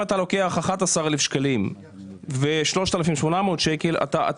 אם אתה לוקח 11,000 שקלים מול 3,800 שקלים אתה